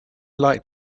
like